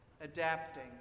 adapting